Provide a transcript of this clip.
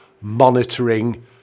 monitoring